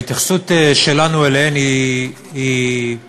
ההתייחסות שלנו אליהן היא דואלית.